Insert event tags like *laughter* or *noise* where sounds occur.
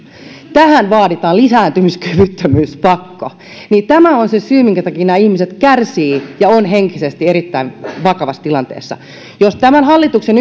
tähän vaaditaan lisääntymiskyvyttömyyspakko niin tämä on nyt se syy minkä takia nämä ihmiset kärsivät ja ovat henkisesti erittäin vakavassa tilanteessa jos tämän hallituksen *unintelligible*